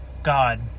god